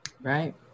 Right